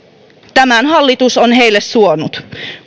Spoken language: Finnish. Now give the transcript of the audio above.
tämän hallitus on heille suonut